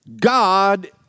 God